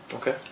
Okay